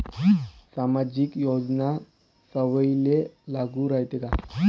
सामाजिक योजना सर्वाईले लागू रायते काय?